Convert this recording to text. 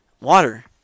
water